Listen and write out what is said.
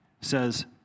says